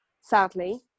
Sadly